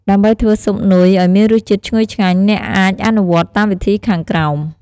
ដើម្បីធ្វើស៊ុបនុយឱ្យមានរសជាតិឈ្ងុយឆ្ងាញ់ អ្នកអាចអនុវត្តតាមវិធីខាងក្រោម។